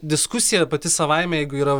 diskusija pati savaime jeigu yra